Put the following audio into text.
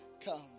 come